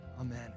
Amen